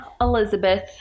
elizabeth